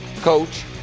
coach